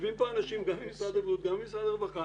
יושבים כאן אנשים גם ממשרד הבריאות וגם ממשרד הרווחה